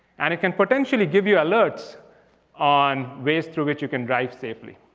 and it can potentially give you alerts on ways through which you can drive safely.